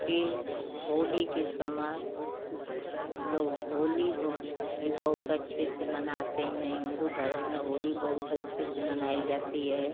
फिर होली के समय हम लोग होली बहु भी बहुत अच्छे से मनाते हैं हिन्दू धर्म में होली बहुत अच्छे से मनाई जाती है